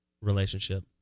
relationship